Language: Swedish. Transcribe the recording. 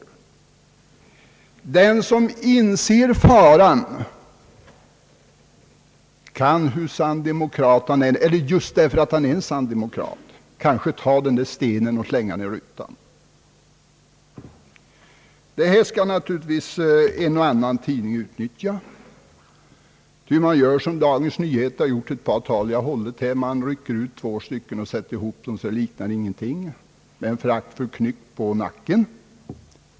Den som inser faran kan, kanske just därför att han är en sann demokrat, ta den där stenen och slänga den i rutan. Denna bild kan naturligtvis en och annan tidning utnyttja, exempelvis som Dagens Nyheter har gjort med några tal jag har hållit här — man rycker ut två stycken därur och sätter ihop dem så att det inte liknar någonting.